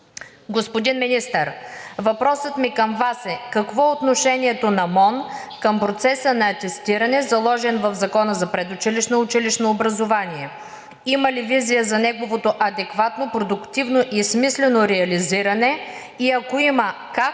Господин Министър, въпросът ми към Вас е: какво е отношението на МОН към процеса на атестиране, заложен в Закона за предучилищното и училищното образование? Има ли визия за неговото адекватно, продуктивно и смислено реализиране? Ако има, как